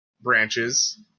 branches